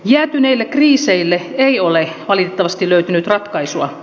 jäätyneille kriiseille ei ole valitettavasti löytynyt ratkaisua